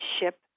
ship